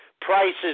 prices